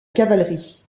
cavalerie